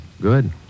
Good